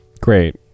Great